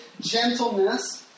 gentleness